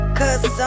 cause